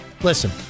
listen